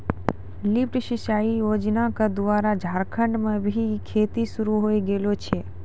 lift सिंचाई योजना क द्वारा झारखंड म भी खेती शुरू होय गेलो छै